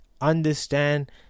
understand